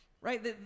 right